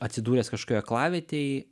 atsidūręs kašokioj aklavietėj